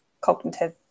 cognitive